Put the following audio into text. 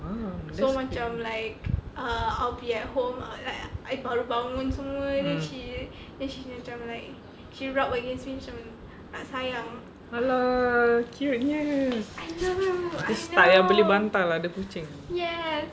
!wow! that's cute um !alah! cute nya tak payah beli bantal ada kucing